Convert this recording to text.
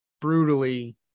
brutally